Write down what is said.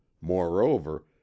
moreover